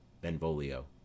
Benvolio